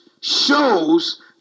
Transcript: shows